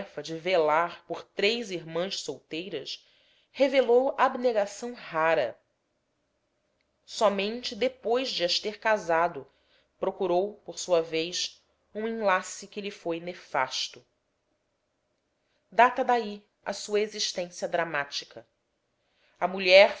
por três irmãs solteiras revelou abnegação rara somente depois de as ter casado procurou por sua vez um enlace que lhe foi nefasto primeiros reveses data daí a sua existência dramática a mulher